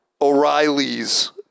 O'Reilly's